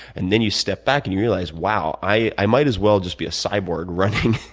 and then you step back and you realize, wow, i i might as well just be a cyborg running